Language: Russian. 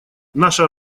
наша